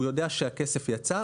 הוא יודע שהכסף יצא,